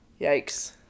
Yikes